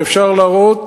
ואפשר להראות,